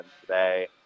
today